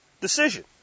decision